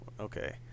Okay